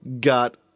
got